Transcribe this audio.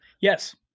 Yes